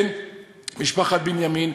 משפחת בנימין,